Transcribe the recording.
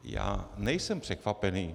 Já nejsem překvapený.